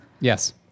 yes